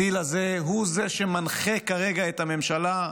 הדיל הזה הוא זה שמנחה את הממשלה כרגע,